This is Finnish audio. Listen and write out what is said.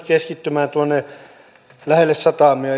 keskittymään lähelle satamia